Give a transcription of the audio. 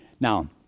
Now